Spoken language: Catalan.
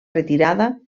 retirada